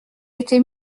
était